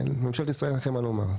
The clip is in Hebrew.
לממשלת ישראל אין מה לומר.